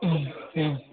ಹ್ಞೂ ಹ್ಞೂ